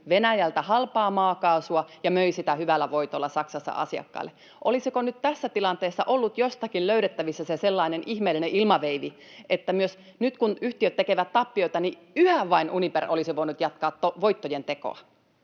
Venäjältä halpaa maakaasua ja möi sitä hyvällä voitolla Saksassa asiakkaille. Olisiko nyt tässä tilanteessa ollut jostakin löydettävissä se sellainen ihmeellinen ilmaveivi, että myös nyt, kun yhtiöt tekevät tappiota, yhä vain Uniper olisi voinut jatkaa voittojen tekoa?